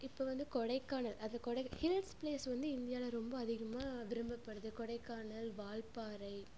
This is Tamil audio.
இப்போது வந்து கொடைக்கானல் அதில் கொடை ஹில்ஸ் பிளேஸ் வந்து இந்தியாவில ரொம்ப அதிகமாக விரும்பப்படுது கொடைக்கானல் வால்பாறை